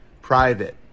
private